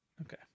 Okay